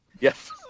Yes